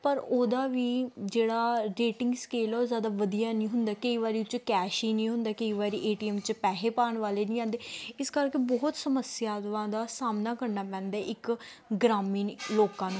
ਪਰ ਉਹਦਾ ਵੀ ਜਿਹੜਾ ਰੇਟਿੰਗ ਸਕੇਲ ਆ ਉਹ ਜ਼ਿਆਦਾ ਵਧੀਆ ਨਹੀਂ ਹੁੰਦਾ ਕਈ ਵਾਰੀ ਉਹ 'ਚ ਕੈਸ਼ ਹੀ ਨਹੀਂ ਹੁੰਦਾ ਕਈ ਵਾਰੀ ਏ ਟੀ ਐਮ 'ਚ ਪੈਸੇ ਪਾਉਣ ਵਾਲੇ ਨਹੀਂ ਆਉਂਦੇ ਇਸ ਕਰਕੇ ਬਹੁਤ ਸਮੱਸਿਆਵਾਂ ਦਾ ਸਾਹਮਣਾ ਕਰਨਾ ਪੈਂਦਾ ਇੱਕ ਗ੍ਰਾਮੀਣ ਲੋਕਾਂ ਨੂੰ